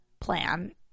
plan